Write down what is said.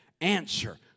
answer